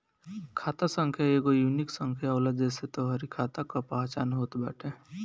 खाता संख्या एगो यूनिक संख्या होला जेसे तोहरी खाता कअ पहचान होत बाटे